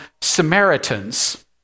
Samaritans